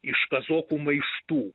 iš kazokų maištų